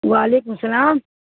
وعلیکم السلام